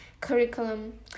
curriculum